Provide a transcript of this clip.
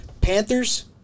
Panthers